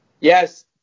Yes